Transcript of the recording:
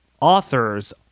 authors